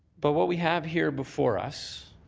but what we have here before us,